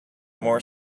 more